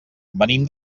venim